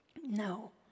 No